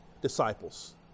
disciples